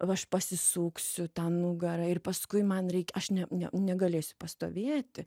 aš pasisuksiu tą nugarą ir paskui man reikia aš ne ne negalėsiu pastovėti